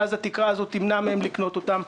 ואז התקרה הזאת תמנע מהם לקנות אותם,